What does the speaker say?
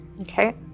Okay